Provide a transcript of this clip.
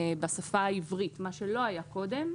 בשפה העברית מה שלא היה קודם.